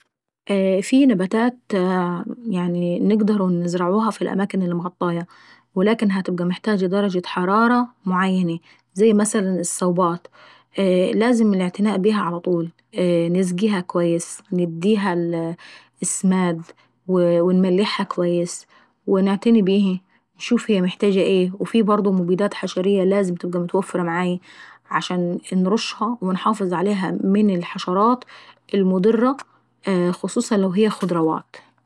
في نباتات نقدرو نزرعوها في الأماكن اللي مغطاية ولكن هتبقى محتاجة درجة حرارة معيني. زي مثلا الصوبات لازم الاعتناء بيها على طول، نزقيها اكويس، نديها سماد، انملحها اكويس وعتنتي بيهي. وفي برضه مبيدات حشرية لازم تبقى متوفرة معايي عشان انروشها وانحافظ عليهي من الحشرات المضرة خصوصا لو هي خضروات.